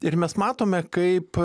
ir mes matome kaip